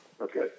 Okay